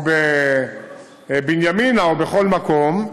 או בבנימינה, או בכל מקום,